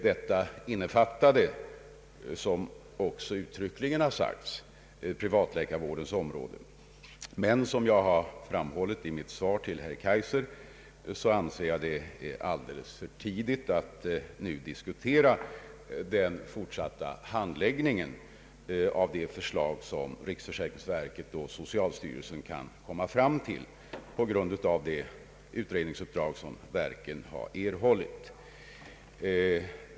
Detta bemyndigande innefattade, som också uttryckligen har sagts, privatläkarvårdens område, men som jag har framhållit i mitt svar till herr Kaijser anser jag det vara alldeles för tidigt att nu diskutera den fortsatta handläggningen av de förslag som riksförsäkringsverket och socialstyrelsen kan komma fram till på grund av det utredningsuppdrag som verken har erhållit.